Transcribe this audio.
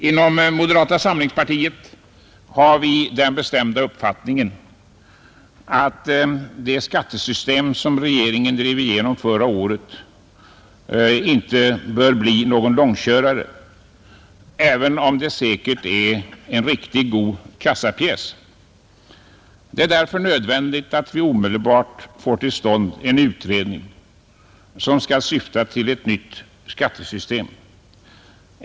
Inom moderata samlingspartiet har vi den bestämda uppfattningen att det skattesystem, som regeringen drev igenom förra året, inte bör bli någon långkörare, även om det säkert är en riktigt god kassapjäs. Det är därför nödvändigt att vi omedelbart får till stånd en utredning, som skall syfta till ett nytt skattesystem.